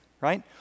right